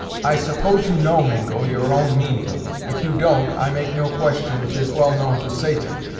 i suppose you know, mingo, your own meaning if you don't i make no question tis well known to satan.